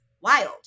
wild